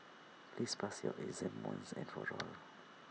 please pass your exam once and for all